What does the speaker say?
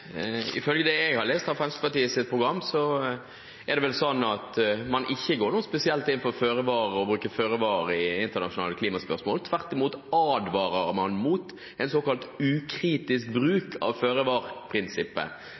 Ifølge det jeg har lest i Fremskrittspartiets program, er det sånn at man ikke går inn og bruker føre-var i internasjonale klimaspørsmål. Tvert imot advarer man mot en såkalt ukritisk